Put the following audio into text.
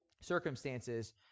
circumstances